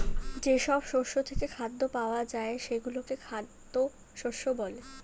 যেসব শস্য থেকে খাদ্য পাওয়া যায় সেগুলোকে খাদ্য শস্য বলে